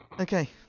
Okay